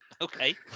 Okay